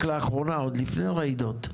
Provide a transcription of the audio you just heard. רק לאחרונה עוד לפני רעידות.